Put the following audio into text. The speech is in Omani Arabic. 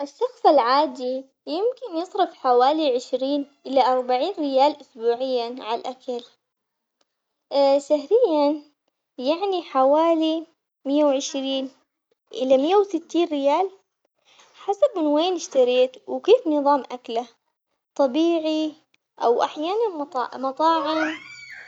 الشخص العادي يمكن يصرف حوالي عشرين إلى أربعين ريال أسبوعياً على الأكل، شهرياً يعني حوالي مائة وعشرين إلى مائة وستين ريال حسب من وين اشتريت وكيف نظام أكله، طبيعي أو أحياناً مط- مطاعم.